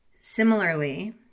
Similarly